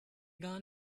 gar